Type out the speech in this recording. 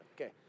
okay